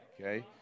okay